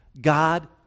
God